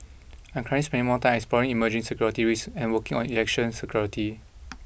I'm currently spending more time exploring emerging security risks and working on election security